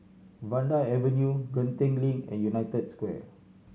Vanda Avenue Genting Link and United Square